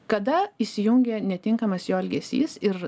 kada įsijungia netinkamas jo elgesys ir